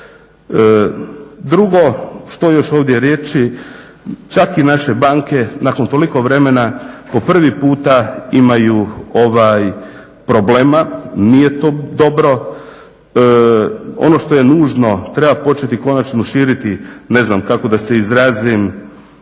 Drugo, što još ovdje reći, čak i naše banke nakon toliko vremena po prvi puta imaju ovaj problema, nije to dobro. Ono što je nužno, treba početi konačno širiti, ne znam kako da se izrazim,